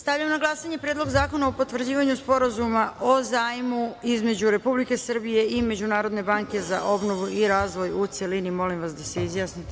Stavljam na glasanje Predlog zakona o potvrđivanju Sporazuma o zajmu između Republike Srbije i Međunarodne banke za obnovu i razvoj, u celini. Molim vas da se